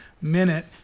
minute